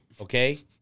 Okay